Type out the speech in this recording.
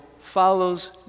follows